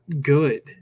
good